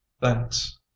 Thanks